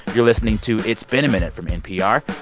you're listening to it's been a minute from npr.